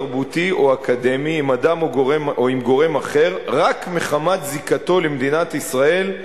תרבותי או אקדמי עם אדם או עם גורם אחר רק מחמת זיקתו למדינת ישראל,